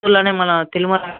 చిత్తూరలోనే మన